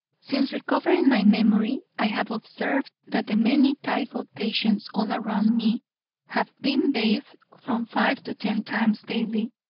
since recovering my memory i have observed that the many typhoid patients all around me have been bathed from five to ten times daily,